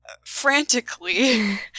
frantically